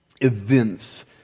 events